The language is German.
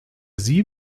sie